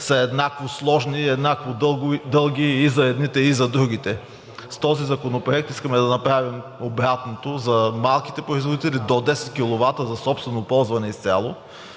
са еднакво сложни и еднакво дълги и за едните, и за другите. С този законопроект искаме да направим обратното – за малките производители до 10 kW за собствено ползване изцяло,